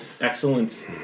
excellent